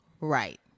right